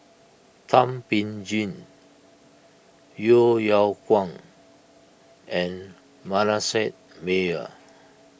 Thum Ping Tjin Yeo Yeow Kwang and Manasseh Meyer